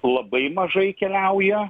labai mažai keliauja